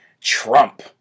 Trump